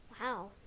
Wow